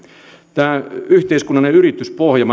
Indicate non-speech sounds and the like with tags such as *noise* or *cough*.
tämä yhteiskunnallinen yrityspohja *unintelligible*